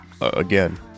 again